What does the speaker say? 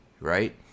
right